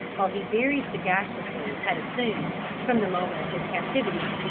while he very sagaciously had assumed, from the moment of his captivity,